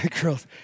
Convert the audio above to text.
girls